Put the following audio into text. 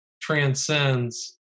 transcends